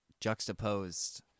juxtaposed